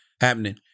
happening